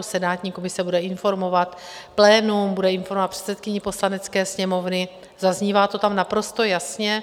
Senátní komise bude informovat plénum, bude informovat předsedkyni Poslanecké sněmovny, zaznívá to tam naprosto jasně.